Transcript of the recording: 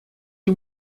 you